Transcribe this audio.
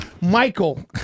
Michael